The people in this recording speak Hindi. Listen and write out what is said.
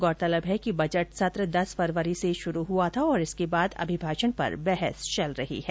गौरतलब है कि बजट सत्र दस फरवरी से शुरू हुआ था और इसके बाद अभिभाषण पर बहस चल रही है